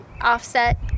offset